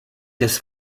des